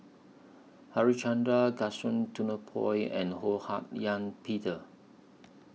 Harichandra Gaston Dutronquoy and Ho Hak Ean Peter